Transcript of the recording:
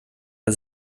der